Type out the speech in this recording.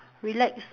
relax